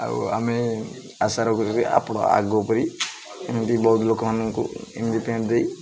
ଆଉ ଆମେ ଆଶାର ଆପଣ ଆଗ ପରି ଏମିତି ବହୁତ ଲୋକମାନଙ୍କୁ ଏମିତି ପ୍ୟାଣ୍ଟ ଦେଇ